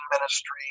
ministry